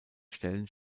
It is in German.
stellen